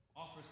Offers